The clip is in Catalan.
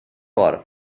cor